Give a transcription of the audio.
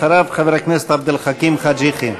אחריו, חבר הכנסת עבד אל חכים חאג' יחיא.